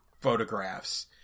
photographs